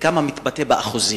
מתבטא באחוזים?